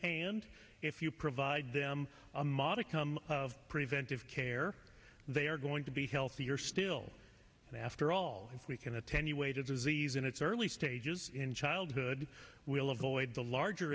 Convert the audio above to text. and if you provide them a modicum of preventive care they are going to be healthier still after all if we can attenuate a disease in its early stages in childhood will avoid the larger